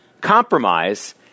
compromise